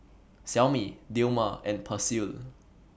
Xiaomi Dilmah and Persil